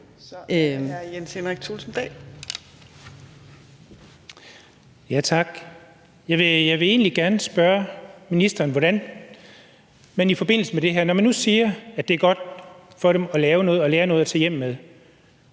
Jeg vil egentlig gerne spørge ministeren, hvordan man i forbindelse med det her – når man nu siger, at det er godt for dem at lave noget og lære noget at tage hjem med